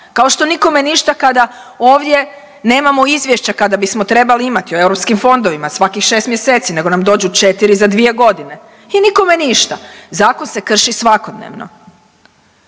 kao što nikome ništa kada ovdje nemamo izvješća kada bismo trebali imati o europskim fondovima svakih 6 mjeseci nego nam dođu 4 za 2 godine i nikome ništa. Zakon se krši svakodnevno.